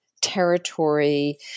territory